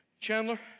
Chandler